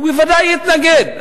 הוא בוודאי יתנגד.